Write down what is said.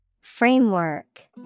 Framework